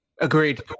agreed